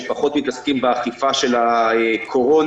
שפחות מתעסקים באכיפה של הקורונה,